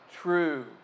true